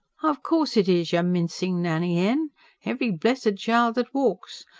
of course it is, you mincing nanny-hen every blessed child that walks.